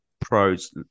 Pros